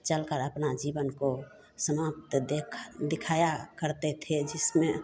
चल कर अपना जीवन को समाप्त देखा दिखाया करते थे जिसमें